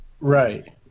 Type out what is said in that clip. Right